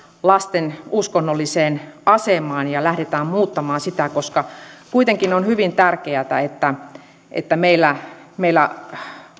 lasten uskonnolliseen asemaan ja lähdetään muuttamaan sitä koska kuitenkin on hyvin tärkeätä että että meillä meillä